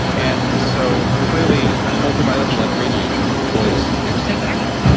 and so, clearly, ultraviolet blood irradiation was, it was taken out.